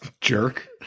jerk